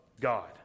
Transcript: God